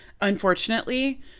Unfortunately